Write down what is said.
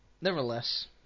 nevertheless